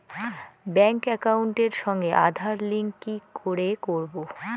Bank একাউন্টের সঙ্গে Aadhaar link কি করে করবো?